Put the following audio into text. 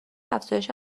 افزایش